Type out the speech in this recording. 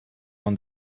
man